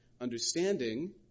understanding